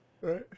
right